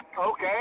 okay